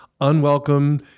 Unwelcome